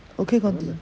okay conti~